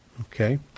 Okay